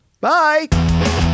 bye